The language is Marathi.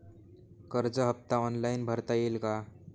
कर्ज हफ्ता ऑनलाईन भरता येईल का?